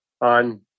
on